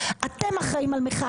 אתם אחראים על מה שקורה,